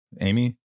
Amy